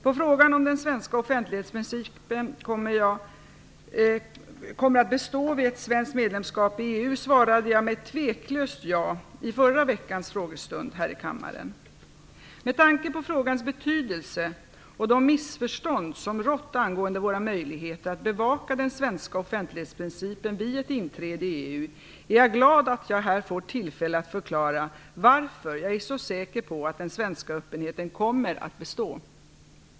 På frågan om den svenska offentlighetsprincipen kommer att bestå vid ett svenskt medlemskap i EU svarade jag med ett tveklöst ja i förra veckans frågestund här i kammaren. Med tanke på frågans betydelse och de missförstånd som rått angående våra möjligheter att bevara den svenska offentlighetsprincipen vid ett inträde i EU är jag glad att jag här får tillfälle att förklara varför jag är så säker på att den svenska öppenheten kommer att bestå.